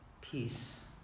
peace